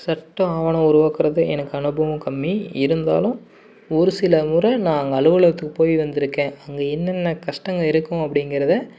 சட்ட ஆவணம் உருவாக்குறதில் எனக்கு அனுபவம் கம்மி இருந்தாலும் ஒரு சில முறை நான் அங்கே அலுவலகத்துக்கு போய் வந்துருக்கேன் அங்கே என்னென்ன கஷ்டங்கள் இருக்கும் அப்டிங்கறதை